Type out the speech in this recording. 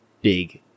big